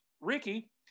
Ricky